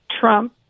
trump